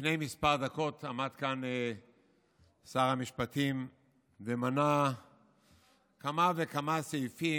לפני כמה דקות עמד כאן שר המשפטים ומנה כמה וכמה סעיפים.